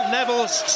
Neville's